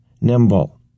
nimble